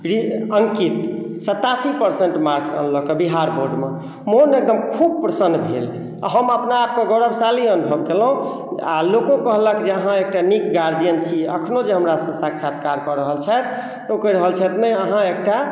अंकित सतासी percent marks अनलक हँ बिहार बोर्डमे मोन एकदम खूब प्रसन्न भेल आ हम अपना आपके गौरवशाली अनुभव केलहुॅं आ लोको कहलक जे अहाँ एकटा नीक गार्जियन छी अखनो जे हमरा सऽ साक्षात्कार कऽ रहल छथि ओ कहि रहल छथि नहि अहाँ एकटा